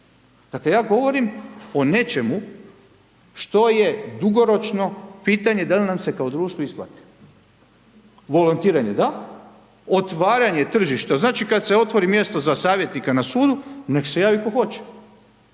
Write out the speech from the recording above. Dakle, ja govorim o nečemu što je dugoročno pitanje, da li nam se kao društvu isplati. Volontiranje da, otvaranje tržišta, znači, kada se otvori mjesto za savjetnika na sudu, nek se javi ko hoće.